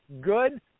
good